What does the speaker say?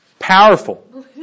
Powerful